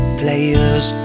players